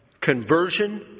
conversion